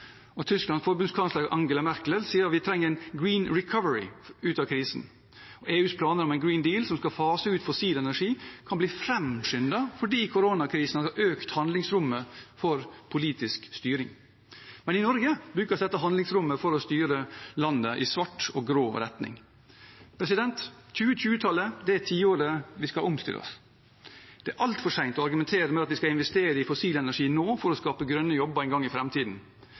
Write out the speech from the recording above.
Tysklands forbundskansler, Angela Merkel, sier at vi trenger en «green recovery» ut av krisen. EUs planer om en «green deal» som skal fase ut fossil energi, kan bli framskyndet fordi koronakrisen har økt handlingsrommet for politisk styring. Men i Norge brukes dette handlingsrommet til å styre landet i svart og grå retning. 2020-tallet er tiåret da vi skal omstille oss. Det er altfor sent å argumentere med at vi skal investere i fossil energi nå for å skape grønne jobber en gang i